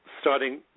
starting